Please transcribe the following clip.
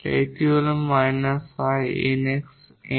এটি হল −𝐼𝑁𝑥 𝑁